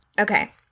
Okay